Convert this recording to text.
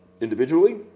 Individually